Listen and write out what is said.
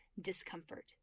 discomfort